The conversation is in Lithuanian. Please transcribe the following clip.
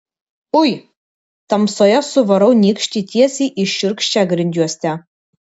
ui tamsoje suvarau nykštį tiesiai į šiurkščią grindjuostę